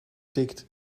tikt